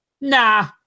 nah